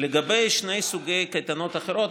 לגבי שני סוגי קייטנות אחרים,